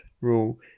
rule